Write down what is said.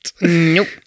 Nope